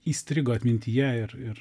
įstrigo atmintyje ir ir